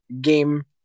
game